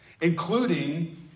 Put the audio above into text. including